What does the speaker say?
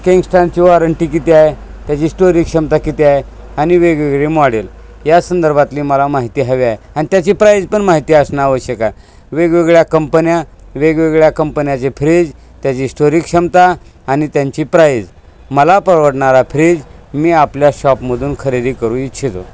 किंगस्टानची warranty किती आहे त्याची स्टोरेज क्षमता किती आहे आणि वेगवेगळे मॉडेल या संदर्भातली मला माहिती हवी आहे आणि त्याची प्राईज पण माहिती असणं आवश्यक आहे वेगवेगळ्या कंपन्या वेगवेगळ्या कंपन्याचे फ्रीज त्याची स्टोरीक क्षमता आणि त्यांची प्राईज मला परवडणारा फ्रीज मी आपल्या शॉपमधून खरेदी करू इच्छितो